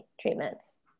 treatments